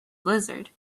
blizzard